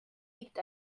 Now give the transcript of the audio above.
liegt